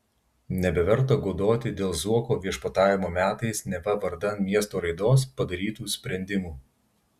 nebeverta godoti dėl zuoko viešpatavimo metais neva vardan miesto raidos padarytų sprendimų